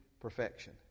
perfection